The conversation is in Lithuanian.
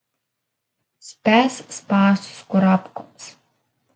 spęsk spąstus kurapkoms